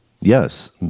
Yes